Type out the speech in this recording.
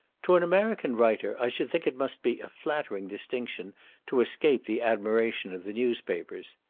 to an american writer, i should think it must be a flattering distinction to escape the admiration of the newspapers.